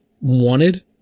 wanted